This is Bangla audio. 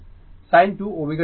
এই হল p v i